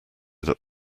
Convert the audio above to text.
that